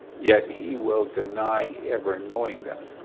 yet he will deny ever knowing them.